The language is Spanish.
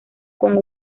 con